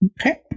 okay